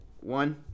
one